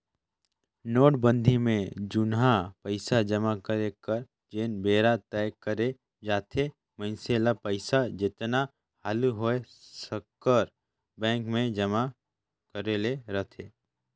नोटबंदी में जुनहा पइसा जमा करे कर जेन बेरा तय करे जाथे मइनसे ल पइसा जेतना हालु होए सकर बेंक में जमा करे ले रहथे